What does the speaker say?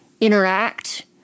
interact